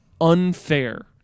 unfair